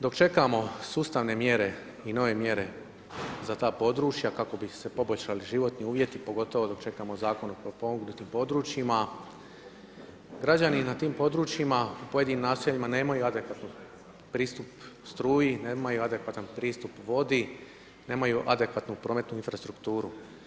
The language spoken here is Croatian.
Dok čekamo sustavne mjere i nove mjere za ta područja kako bi se poboljšali životni uvjeti pogotovo dok čekamo Zakon o potpomognutim područjima, građani na tim područjima u pojedinim naseljima nemaju adekvatni pristup struji, nemaju adekvatan pristup vodi, nemaju adekvatnu prometnu infrastrukturu.